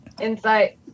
Insight